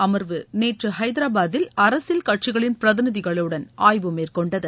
அர்வு நேற்று ஹைதராபாத்தில் அரசியல் கட்சிகளின் பிரதிநிதிகளுடன் ஆய்வு மேற்கொண்டது